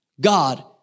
God